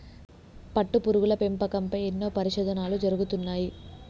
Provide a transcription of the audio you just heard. పట్టుపురుగుల పెంపకం పై ఎన్నో పరిశోధనలు జరుగుతున్నాయి